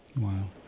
Wow